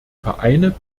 vereine